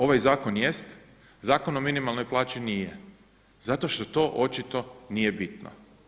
Ovaj zakon jest Zakon o minimalnoj plaći nije zato što to očito nije bitno.